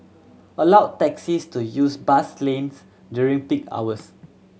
allow taxis to use bus lanes during peak hours